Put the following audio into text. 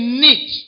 need